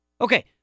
Okay